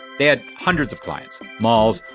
they had hundreds of clients malls,